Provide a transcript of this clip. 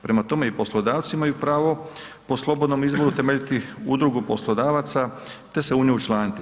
Prema tome i poslodavci imaju pravo po slobodnom izboru temeljiti udrugu poslodavaca te se u nju učlaniti.